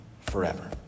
forever